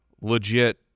legit